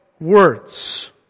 words